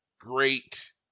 great